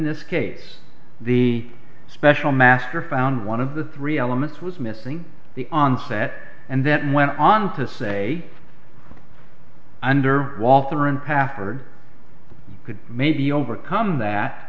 this case the special master found one of the three elements was missing the onset and then went on to say under walther in password could maybe overcome that